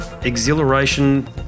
exhilaration